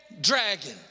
dragon